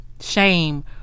shame